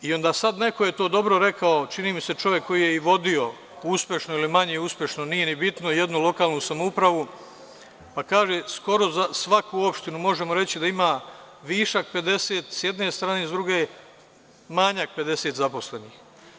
Sada je to neko dobro rekao, čini mi se čovek koji je i vodio uspešno ili manje uspešno, nije ni bitno, jednu lokalnu samoupravu, pa kaže - skoro za svaku opštinu možemo reći da ima višak 50 sa jedne strane, sa druge manjak 50 zaposlenih.